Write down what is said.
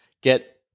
get